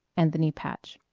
anthony patch